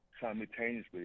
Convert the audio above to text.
simultaneously